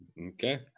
Okay